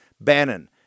Bannon